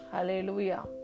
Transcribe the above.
Hallelujah